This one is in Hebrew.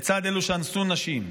לצד אלו שאנסו נשים.